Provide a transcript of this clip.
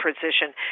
position